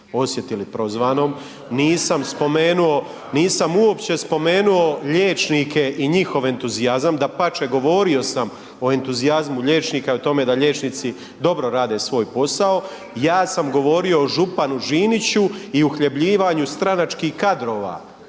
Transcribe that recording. spomenuo, nisam uopće spomenuo liječnike i njihov entuzijazam, dapače govorio sam o entuzijazmu liječnika o tome da liječnici dobro rade svoj posao, ja sam govorio o županu Žiniću i uhljebljivanju stranačkih kadrova